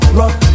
rock